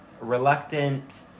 reluctant